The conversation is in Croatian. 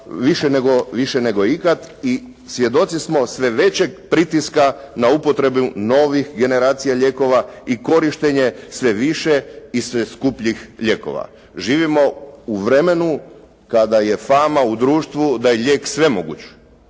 više nego ikada i svjedoci smo većeg pritiska na upotrebu novih generacija lijekova i korištenje sve više i sve skupljih lijekova. Živimo u vremenu kada je fama u društvu da je lijek svemoguć,